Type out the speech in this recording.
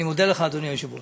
אני מודה לך, אדוני היושב-ראש.